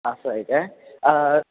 असं आहे काय